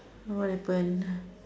what happen